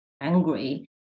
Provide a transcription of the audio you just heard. angry